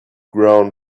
grown